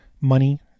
money